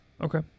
okay